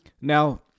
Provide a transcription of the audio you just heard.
Now